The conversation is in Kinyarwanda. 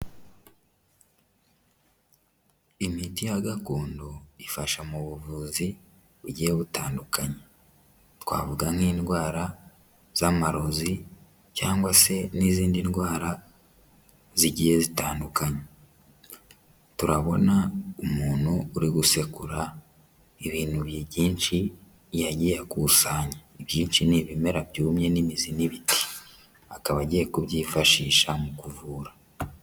Imiti ya gakondo ifasha mu buvuzi bugiye butandukanye. Twavuga nk'indwara z'amarozi cyangwa se n'izindi ndwara zigiye zitandukana. Turabona umuntu uri gusekura ibintu byinshi yagiye akusanya. Ibyinshi ni ibimera byumye n'imizi n'ibiti, akaba agiye kubyifashisha mu kuvura.